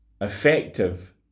effective